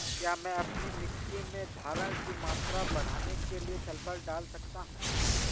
क्या मैं अपनी मिट्टी में धारण की मात्रा बढ़ाने के लिए सल्फर डाल सकता हूँ?